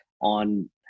on